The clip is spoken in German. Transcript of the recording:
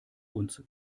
uns